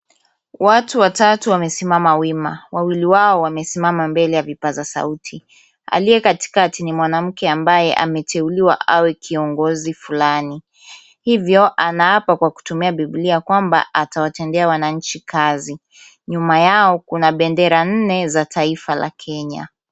Watu watatu wamesimama wima. Wawili wao wamesimama mbele ya vipaza sauti. Aliye katikati ni mwanamke ambaye ameteuliwa awe kiongozi fulani, hivyo anaapa kwa kutumia Bibilia kwamba atawatendea wananchi kazi. Nyuma yao kuna bendera nne za taifa la Kenya.